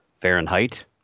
Fahrenheit